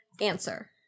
answer